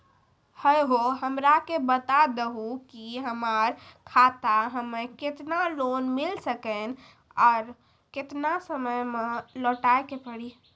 है हो हमरा के बता दहु की हमार खाता हम्मे केतना लोन मिल सकने और केतना समय मैं लौटाए के पड़ी?